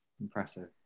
Impressive